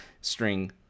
string